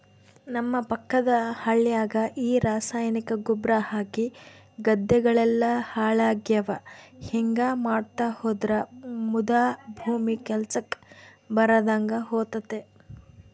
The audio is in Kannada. ನಮ್ಮ ಪಕ್ಕದ ಹಳ್ಯಾಗ ಈ ರಾಸಾಯನಿಕ ಗೊಬ್ರ ಹಾಕಿ ಗದ್ದೆಗಳೆಲ್ಲ ಹಾಳಾಗ್ಯಾವ ಹಿಂಗಾ ಮಾಡ್ತಾ ಹೋದ್ರ ಮುದಾ ಭೂಮಿ ಕೆಲ್ಸಕ್ ಬರದಂಗ ಹೋತತೆ